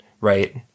right